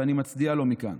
ואני מצדיע לו מכאן.